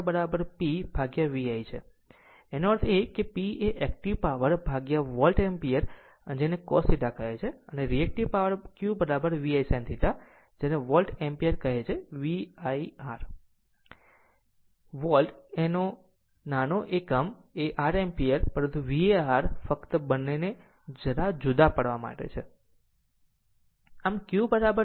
આમ તે છે એનો અર્થ એ કે P એ એક્ટીવ પાવર ભાગ્યા વોલ્ટ એમ્પીયર આ છે જેને cos θ કહે છે અને reactive power Q VI sin θ જેને વોલ્ટ એમ્પીયર કહે છે VAR VA R V volt માટે એક નાનો r એ ખરેખર r એમ્પીયર પરંતુ VAR ફક્ત બંનેને જરા જુદા પાડવા માટે છે